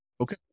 okay